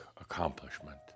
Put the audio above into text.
accomplishment